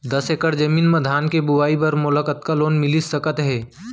दस एकड़ जमीन मा धान के बुआई बर मोला कतका लोन मिलिस सकत हे?